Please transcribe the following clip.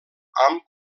amb